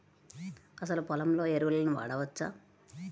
అసలు పొలంలో ఎరువులను వాడవచ్చా?